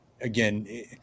again